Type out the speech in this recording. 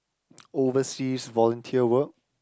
oversea volunteer work